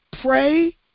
pray